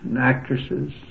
actresses